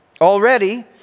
already